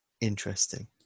Interesting